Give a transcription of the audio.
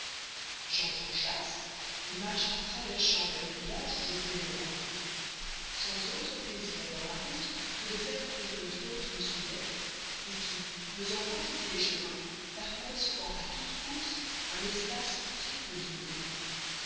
j'entre en chasse marche à travers champs vers le village où je voulais me rendre sans autre plaisir dans ma route que de faire courir le drôle qui me suivait qui n'osant pas quitter les chemins parcourait souvent à toute course un espace triple du mien